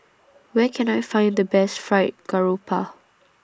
Where Can I Find The Best Fried Garoupa